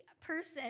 person